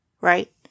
right